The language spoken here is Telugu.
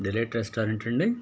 డిలైట్ రెస్టారెంటా అండి